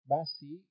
Basi